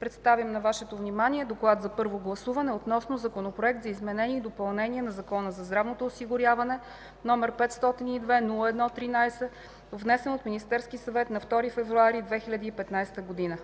Представям на Вашето внимание „ДОКЛАД за първо гласуване относно Законопроект за изменение и допълнение на Закона за здравното осигуряване, № 502-01-13, внесен от Министерския съвет на 2 февруари 2015 г.